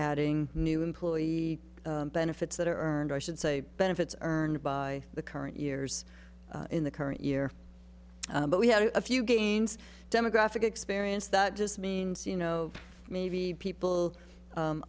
adding new employee benefits that are earned i should say benefits earned by the current years in the current year but we have a few gains demographic experience that just means you know maybe people